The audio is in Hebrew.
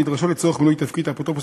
הנדרשות לצורך מילוי תפקיד האפוטרופוס